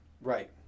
Right